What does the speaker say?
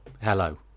hello